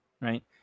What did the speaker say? right